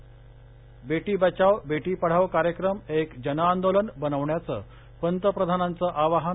े बेटी बचाओ बेटी पढाओ कार्यक्रम एक जन आंदोलन बनवण्याचं पंतप्रधानांच आवाहन